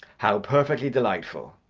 how perfectly delightful!